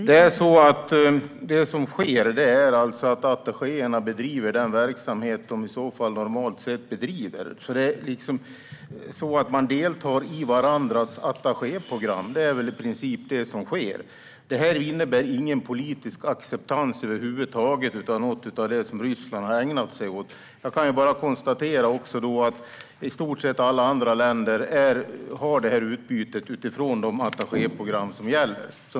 Fru talman! Det som sker är alltså att attachéerna bedriver den verksamhet de i så fall normalt sett bedriver. Man deltar i varandras attachéprogram. Det är väl i princip det som sker. Detta innebär ingen politisk acceptans över huvud taget av något av det som Ryssland har ägnat sig åt. Jag kan bara konstatera att i stort sett alla andra länder har det här utbytet utifrån de attachéprogram som gäller.